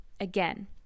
again